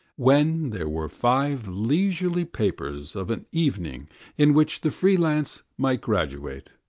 when there were five leisurely papers of an evening in which the free-lance might graduate,